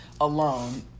alone